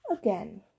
again